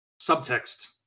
subtext